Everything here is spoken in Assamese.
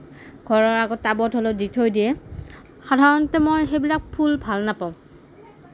ঘৰৰ আগত টাবত হ'লেও দি থৈ দিয়ে সাধাৰণতে মই সেইবিলাক ফুল ভাল নাপাওঁ